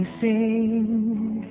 sing